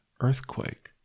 earthquake